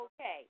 Okay